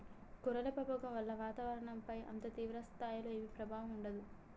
గొర్రెల పెంపకం వల్ల వాతావరణంపైన అంత తీవ్ర స్థాయిలో ఏమీ ప్రభావం ఉండదు